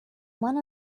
one